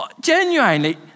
Genuinely